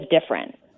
different